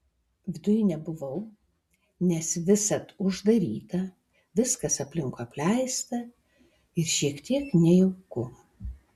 viduj nebuvau nes visad uždaryta viskas aplinkui apleista ir šiek tiek nejauku